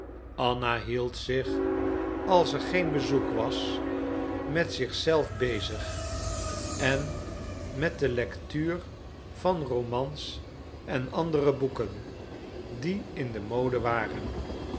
anna hield zich als er geen bezoek was met zich zelf bezig en met de lectuur van romans en andere boeken die in de mode waren